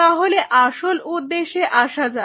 তাহলে আসল উদ্দেশ্যে আসা যাক